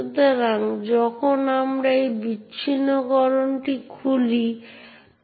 সুতরাং যখন শেলটি কার্যকর হয় এটি সেই নির্দিষ্ট ব্যবহারকারীর uid দিয়ে কার্যকর করে